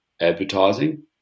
advertising